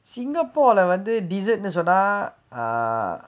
singapore leh வந்து:vanthu dessert னு சொன்னா:nu sonnaa err